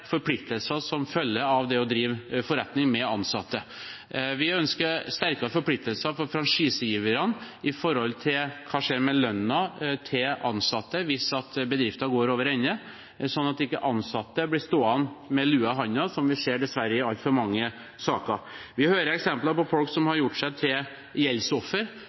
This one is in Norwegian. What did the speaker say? forpliktelser som følger av det å drive forretning med ansatte. Vi ønsker sterkere forpliktelser for franchisegiverne når det gjelder hva som skjer med lønna til ansatte hvis bedriften går over ende, slik at ikke ansatte blir stående med lua i hånda, som vi dessverre ser i altfor mange saker. Vi hører eksempler på folk som har gjort seg til